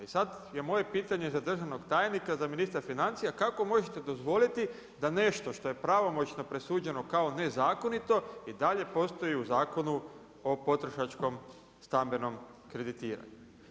I sada je moje pitanje za državnog tajnika za ministra financija, kako možete dozvoliti da nešto što je pravomoćno presuđeno kao nezakonito i dalje postoji u Zakonu o potrošačkom stambenom kreditiranju?